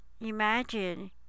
imagine